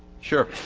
Sure